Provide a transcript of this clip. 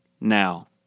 now